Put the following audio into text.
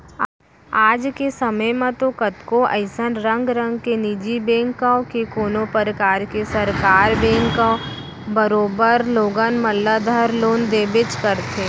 आज के समे म तो कतको अइसन रंग रंग के निजी बेंक कव के कोनों परकार के सरकार बेंक कव करोबर लोगन मन ल धर लोन देबेच करथे